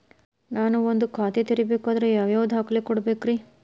ನಾನ ಒಂದ್ ಖಾತೆ ತೆರಿಬೇಕಾದ್ರೆ ಯಾವ್ಯಾವ ದಾಖಲೆ ಕೊಡ್ಬೇಕ್ರಿ?